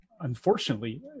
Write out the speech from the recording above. unfortunately